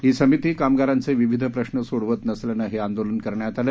ही समिती कामगारांचे विवीध प्रश्न सोडवत नसल्याने हे आंदोलन करण्यात आलं